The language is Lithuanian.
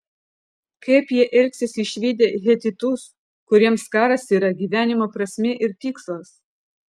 kaip jie elgsis išvydę hetitus kuriems karas yra gyvenimo prasmė ir tikslas